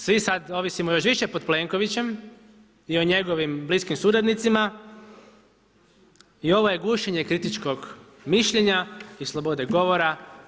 Svi sad ovisimo još više pod Plenkovićem i o njegovim bliskim suradnicima i ovo je gušenje kritičkog mišljenja i slobode govora.